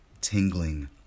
tingling